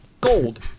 Gold